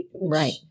Right